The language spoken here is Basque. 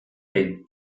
behin